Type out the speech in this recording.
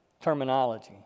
terminology